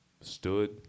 stood